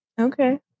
Okay